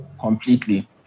completely